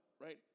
right